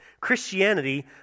Christianity